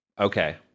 Okay